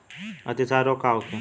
अतिसार रोग का होखे?